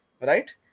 right